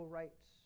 rights